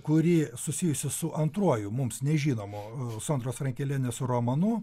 kuri susijusi su antruoju mums nežinomu sondros rankelienės romanu